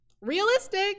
Realistic